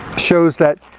shows that,